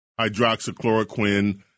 hydroxychloroquine